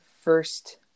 first